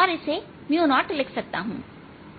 और इसे 0लिख सकता हूं